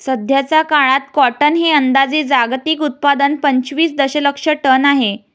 सध्याचा काळात कॉटन हे अंदाजे जागतिक उत्पादन पंचवीस दशलक्ष टन आहे